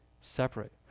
separate